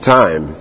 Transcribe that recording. time